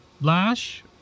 Lash